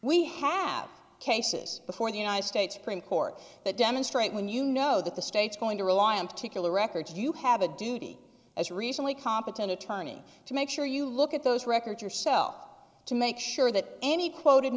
we have cases before the united states supreme court that demonstrate when you know that the state's going to rely on particular records you have a duty as recently competent attorney to make sure you look at those records yourself to make sure that any quoted